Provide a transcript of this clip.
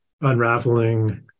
unraveling